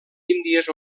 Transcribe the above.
índies